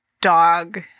dog